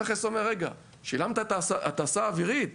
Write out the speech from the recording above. המכס אומר: רגע, שילמת את ההטסה האווירית,